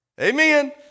Amen